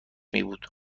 میبود